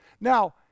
Now